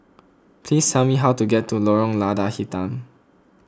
please tell me how to get to Lorong Lada Hitam